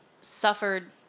suffered